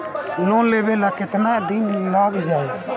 Loan लेबे ला कितना दिन लाग जाई?